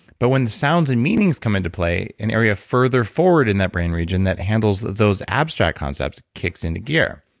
but when the sounds and meanings come into play, an area further forward in that brain region that handles those abstract concepts kicks into gear.